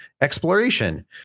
exploration